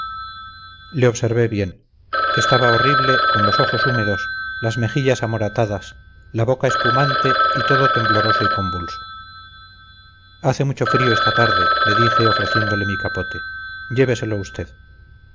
le observé bien estaba horrible con los ojos húmedos las mejillas amoratadas la boca espumante y todo tembloroso y convulso hace mucho frío esta tarde le dije ofreciéndole mi capote lléveselo usted